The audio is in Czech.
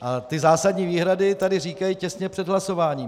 A zásadní výhrady tady říkají těsně před hlasováním.